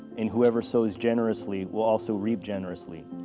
and whoever sows generously will also reap generously.